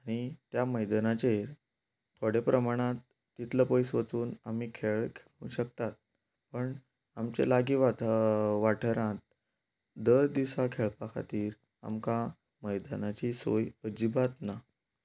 आनी त्या मैदानाचे थोडे प्रमाणांत तितलो पयस वचून आमी खेळ खेळूंक शकतात पण आमच्या लागी वातं वाठारांत दर दिसा खेळपा खातीर आमकां मैदानाची सोय अजिबात ना